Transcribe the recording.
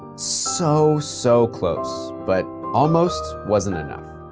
so, so close, but almost wasn't enough.